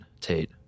Tate